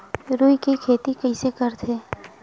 रुई के खेती कइसे करथे?